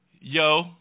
yo